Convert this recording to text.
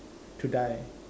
to die